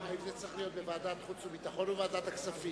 האם זה צריך להיות בוועדת החוץ והביטחון או בוועדת הכספים?